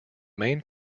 main